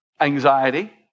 anxiety